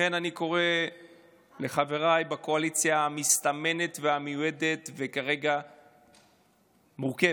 לכן אני קורא לחבריי בקואליציה המסתמנת והמיועדת וכרגע מורכבת,